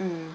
mm